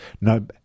no